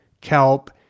kelp